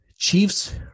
Chiefs